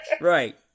Right